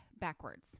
backwards